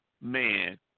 man